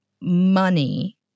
money